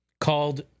called